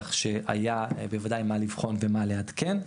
כך שהיה בוודאי מה לבחון ומה לעדכן.